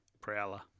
Prowler